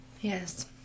Yes